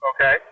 okay